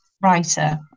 writer